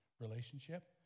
relationship